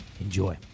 Enjoy